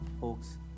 folks